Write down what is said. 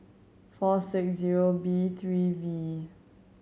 four six zero B three V